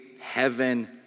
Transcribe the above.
heaven